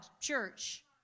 church